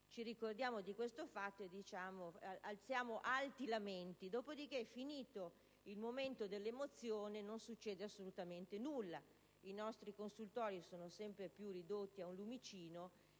ci ricordiamo di questo problema ed alziamo alti lamenti, ma finito il momento dell'emozione non succede assolutamente nulla: i nostri consultori sono sempre più ridotti al lumicino